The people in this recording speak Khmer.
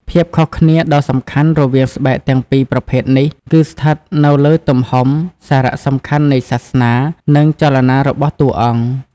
ភាពខុសគ្នាដ៏សំខាន់រវាងស្បែកទាំងពីរប្រភេទនេះគឺស្ថិតនៅលើទំហំ សារៈសំខាន់នៃសាសនា និងចលនារបស់តួអង្គ។